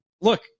Look